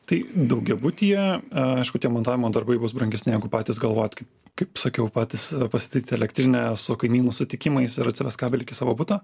tai daugiabutyje aišku tie montavimo darbai bus brangesni negu patys galvojat kaip kaip sakiau patys pasistatyt elektrinę su kaimynų sutikimais ir atsivest kabelį iki savo buto